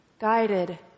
guided